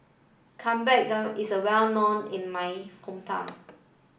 is well known in my hometown